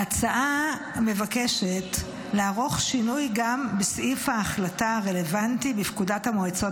ההצעה מבקשת לערוך שינוי גם בסעיף ההחלטה הרלוונטי בפקודת המועצות